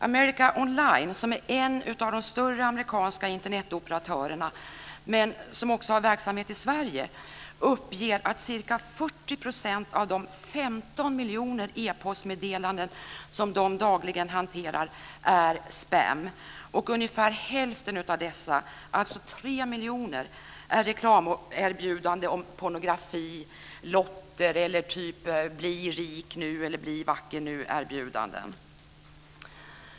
America On Line, som är en av de större amerikanska Internetoperatörerna men som också har verksamhet i Sverige, uppger att ca 40 % av de 15 miljoner e-postmeddelanden som de dagligen hanterar är spam, och ungefär hälften av dessa, alltså 3 miljoner, är reklamerbjudanden om pornografi, om lotter eller om att man ska bli rik eller vacker.